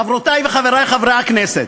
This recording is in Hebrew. חברותי וחברי חברי הכנסת,